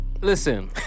listen